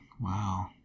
Wow